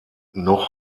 noch